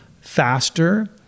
faster